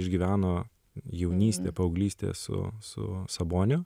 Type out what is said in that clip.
išgyveno jaunystę paauglystę su su saboniu